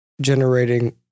generating